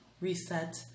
reset